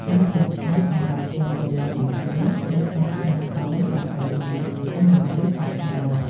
ខ្សែតភ្ជាប់ សម្រាប់ភ្ជាប់តេឡេបញ្ជាទៅកាន់ស្មាតហ្វូនដើម្បីមើលទិន្នន័យហោះហើរ។